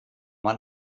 man